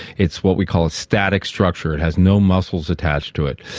it's what we call a static structure, it has no muscles attached to it.